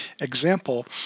example